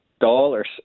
dollars